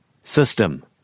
System